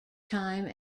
time